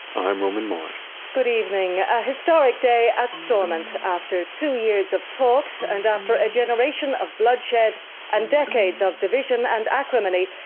i'm roman mars good evening. a historic day at stormont after two years of talks and after a generation of bloodshed and decades of division and acrimony,